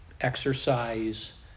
exercise